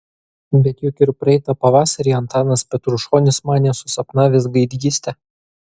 bet juk ir praeitą pavasarį antanas petrušonis manė susapnavęs gaidgystę